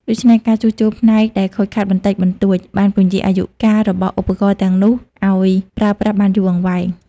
ដូច្នេះ ការជួសជុលផ្នែកដែលខូចខាតបន្តិចបន្តួចបានពន្យារអាយុកាលរបស់ឧបករណ៍ទាំងនោះឲ្យប្រើប្រាស់បានយូរអង្វែង។